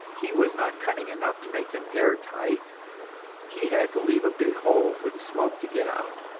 he was not cunning enough to make them air-tight he had to leave a big hole for the smoke to get out,